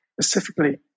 specifically